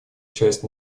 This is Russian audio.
часть